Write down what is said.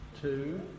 two